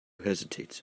hesitates